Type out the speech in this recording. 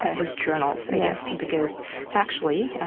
ah his journals, i guess, because actually,